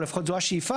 או לפחות זאת השאיפה,